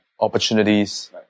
opportunities